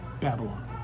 Babylon